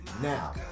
Now